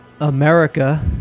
America